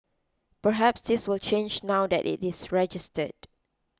perhaps this will change now that it is registered